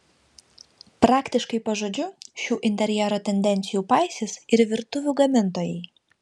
praktiškai pažodžiui šių interjero tendencijų paisys ir virtuvių gamintojai